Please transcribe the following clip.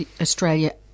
Australia